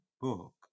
book